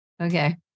Okay